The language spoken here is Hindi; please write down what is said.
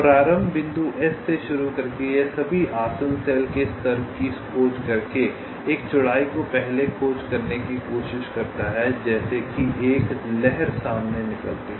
प्रारंभ बिंदु S से शुरू करके यह सभी आसन्न सेल के स्तर की खोज करके एक चौड़ाई को पहले खोज करने की कोशिश करता है जैसे कि एक लहर सामने निकलती है